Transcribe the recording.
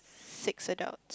six adult